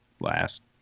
last